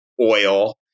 oil